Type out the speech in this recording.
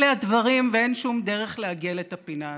אלה הדברים, ואין שום דרך לעגל את הפינה הזאת,